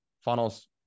funnels